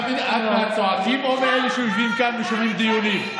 את מהצועקים או מאלה שיושבים כאן ושומעים דיונים?